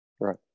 Right